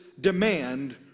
demand